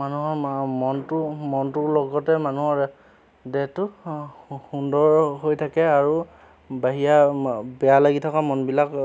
মানুহৰ মা মনটো মনটোৰ লগতে মানুহৰ দেহটো সুন্দৰ হৈ থাকে আৰু বাহিৰা বেয়া লাগি থকা মনবিলাক